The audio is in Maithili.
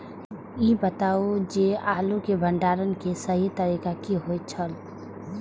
ई बताऊ जे आलू के भंडारण के सही तरीका की होय छल?